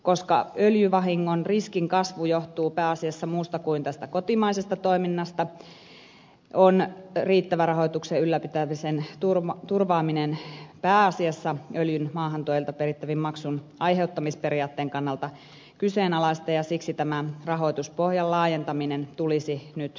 koska öljyvahingon riskin kasvu johtuu pääasiassa muusta kuin tästä kotimaisesta toiminnasta on riittävän rahoituksen ylläpitämisen turvaaminen pääasiassa öljyn maahantuojilta perittävin maksuin aiheuttamisperiaatteen kannalta kyseenalaista ja siksi tämä rahoituspohjan laajentaminen tulisi nyt selvittää